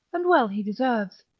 and well he deserves,